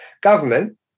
government